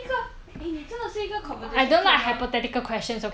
um 有啊我刚才讲了工作很难找